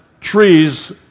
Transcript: trees